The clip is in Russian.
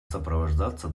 сопровождаться